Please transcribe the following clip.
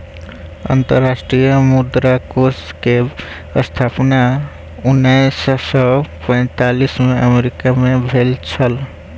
अंतर्राष्ट्रीय मुद्रा कोष के स्थापना उन्नैस सौ पैंतालीस में अमेरिका मे भेल छल